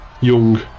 Young